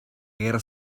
guerra